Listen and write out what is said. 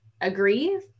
agree